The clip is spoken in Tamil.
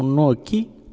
முன்னோக்கி